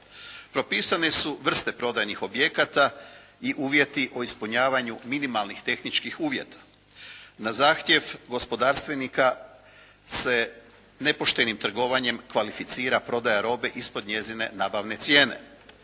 Propisane su vrste prodajnih objekata i uvjeti o ispunjavanju minimalnih tehničkih uvjeta. Na zahtjev gospodarstvenika se nepoštenim trgovanjem kvalificira prodaja robe ispod njezine nabavne cijene.